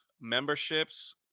memberships